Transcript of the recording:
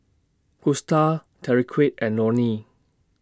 Gusta Tyrique and Lonie